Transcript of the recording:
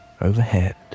Overhead